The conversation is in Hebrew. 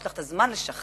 יש לך הזמן לשכנע,